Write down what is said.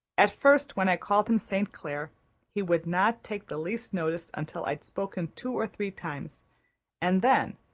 at first, when i called him st. clair' he would not take the least notice until i'd spoken two or three times and then,